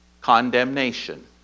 condemnation